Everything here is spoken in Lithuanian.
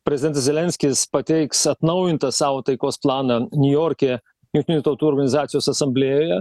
prezidentas zelenskis pateiks atnaujintą savo taikos planą niujorke jungtinių tautų organizacijos asamblėjoje